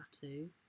tattoo